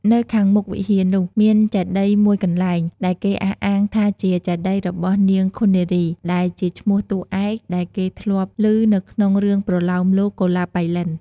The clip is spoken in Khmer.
នៅខាងមុខវិហារនោះ មានចេតិយមួយកនែ្លង ដែលគេអះអាងថាជាចេតិយរបស់នាងឃុននារី ដែលជាឈ្មោះតួឯកដែលគេធ្លាប់ ឭនៅក្នុងរឿងប្រលោមលោកកុលាបប៉ៃលិន។